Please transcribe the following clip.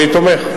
אני תומך.